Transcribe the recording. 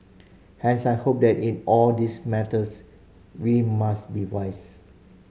hence I hope that in all these matters we must be wise